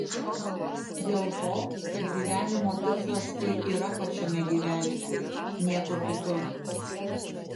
dėl to kad gyvenimo tikslas ir yra pačiame gyvenime niekur kitur